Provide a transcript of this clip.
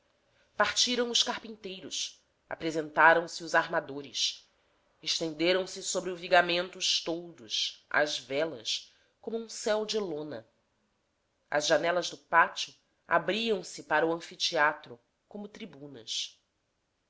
partiram os carpinteiros apresentaram-se os armadores estenderam-se sobre o vigamento os toldos as velas como um céu de lona as janelas do pátio abriam-se para o anfiteatro como tribunas